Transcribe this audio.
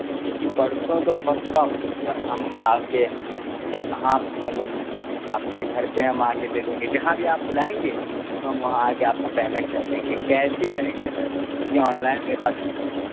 جی جی پرسوں تو پکا ہو جائے گا ہم آپ کے مطلب ہاں مطلب آپ کے گھر پہ ہم آ کے دے دیں گے جہاں بھی آپ بلائیں گے تو ہم وہاں آ کے آپ کو پیمنٹ کر دیں گے کیش ہی کریں گے سر کیوںکہ آن لائن ہمارے پاس ہے نہیں